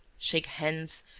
shake hands,